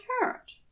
hurt